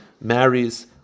marries